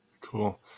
cool